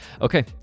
okay